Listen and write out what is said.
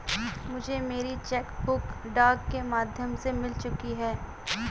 मुझे मेरी cheque book डाक के माध्यम से मिल चुकी है